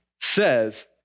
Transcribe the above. says